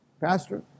Pastor